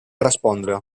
respondre